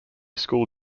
school